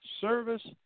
Service